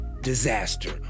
disaster